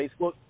facebook